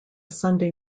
sunday